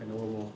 half an hour more